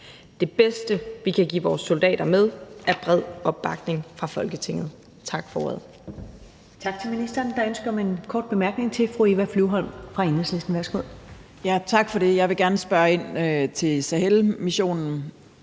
Det bedste, vi kan give vores soldater med, er bred opbakning fra Folketinget. Tak for ordet.